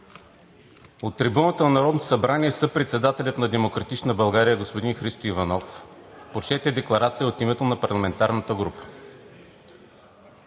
от трибуната на Народното събрание съпредседателят на „Демократична България“ господин Христо Иванов прочете декларация от името на парламентарната група.